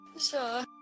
Sure